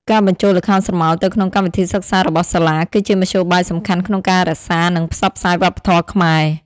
ការបញ្ចូលល្ខោនស្រមោលទៅក្នុងកម្មវិធីសិក្សារបស់សាលា គឺជាមធ្យោបាយសំខាន់ក្នុងការរក្សា និងផ្សព្វផ្សាយវប្បធម៌ខ្មែរ។